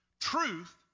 Truth